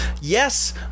Yes